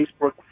Facebook